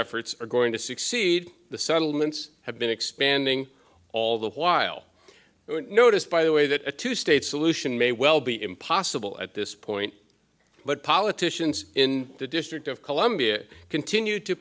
efforts are going to succeed the settlements have been expanding all the while notice by the way that a two state solution may well be impossible at this point but politicians in the district of columbia continue to